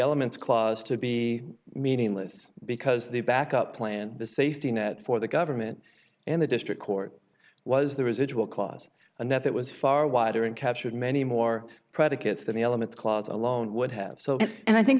elements clause to be meaningless because the backup plan the safety net for the government in the district court was the residual clause and that that was far wider and captured many more predicates than the elements clause alone would have so it and i think